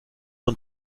und